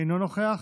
אינו נוכח.